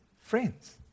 friends